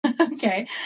Okay